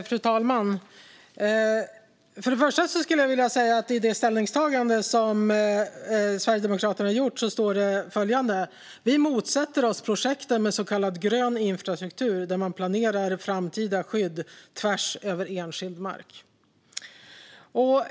Fru talman! Först och främst skulle jag vilja säga att det i det ställningstagande som Sverigedemokraterna har gjort står följande: Vi motsätter oss projekten med så kallad grön infrastruktur där man planerar framtida skydd tvärs över enskild mark.